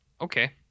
okay